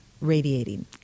radiating